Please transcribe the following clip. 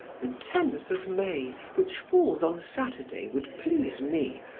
the tenth of may, which falls on saturday, would please me,